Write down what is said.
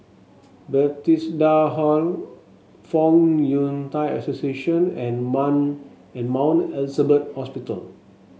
Bethesda Hall Fong Yun Thai Association and Mount Elizabeth Hospital